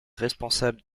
responsable